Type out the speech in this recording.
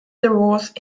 divorce